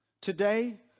Today